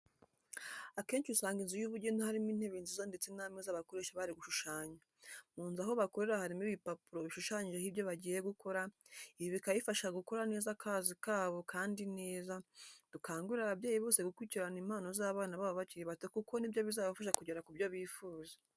Akenshi usanga inzu y'ubugeni harimo intebe nziza ndetse n'ameza bakoresha bari gushushanya, mu nzu aho bakorera harimo ibipapuro bishushanyijeho ibyo bagiye gukora, ibi bikaba bibafasha gukora neza akazi kabo kandi neza, dukangurire ababyeyi bose gukurikirana impano z'abana babo bakiri bato kuko ni byo bizabafasha kugera ku byo bifuza.